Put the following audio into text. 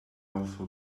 also